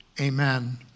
amen